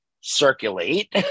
circulate